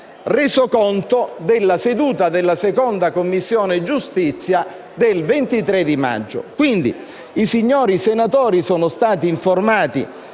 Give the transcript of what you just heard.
Resoconto della seduta della Commissione giustizia del 23 maggio. Quindi, i signori senatori sono stati informati